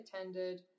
attended